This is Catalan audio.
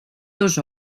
dos